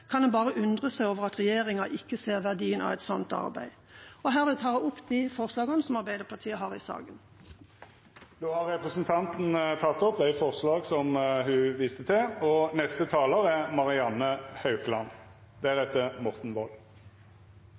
kan en bare undre seg over at regjeringa ikke ser verdien av et slikt arbeid. Herved tar jeg opp de forslagene som Arbeiderpartiet står bak i saken. Representanten Kari Henriksen har teke opp dei forslaga ho refererte til.